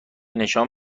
نشان